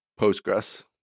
Postgres